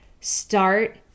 start